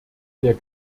der